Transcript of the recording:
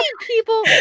people